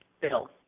bill